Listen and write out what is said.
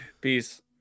Peace